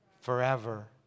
Forever